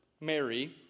Mary